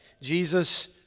Jesus